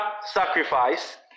sacrifice